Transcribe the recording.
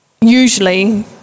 usually